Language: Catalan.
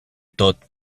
tot